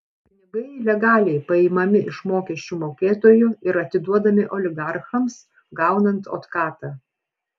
pinigai legaliai paimami iš mokesčių mokėtojų ir atiduodami oligarchams gaunant otkatą